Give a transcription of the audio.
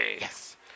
Yes